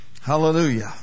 Hallelujah